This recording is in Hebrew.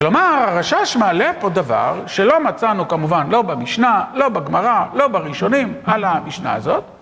כלומר, הרשש מעלה פה דבר שלא מצאנו כמובן לא במשנה, לא בגמרא, לא בראשונים, על המשנה הזאת.